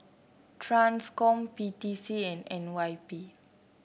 Transcom P T C and N Y P